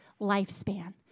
lifespan